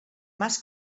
más